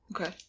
Okay